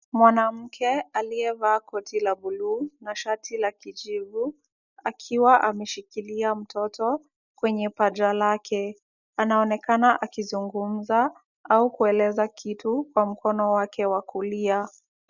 Mwanamke aliyevaa koti la buluu na shati la kijivu, akiwa ameshikilia mtoto kwenye paja lake. Anaonekana akizungumza au kueleza kitu kwa mkono wake wa kulia.